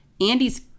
Andy's